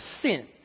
sin